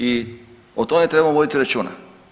I o tome trebamo voditi računa.